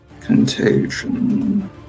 Contagion